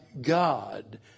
God